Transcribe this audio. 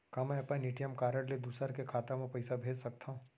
का मैं अपन ए.टी.एम कारड ले दूसर के खाता म पइसा भेज सकथव?